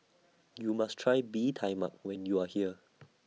YOU must Try Bee Tai Mak when YOU Are here